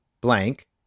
blank